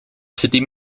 city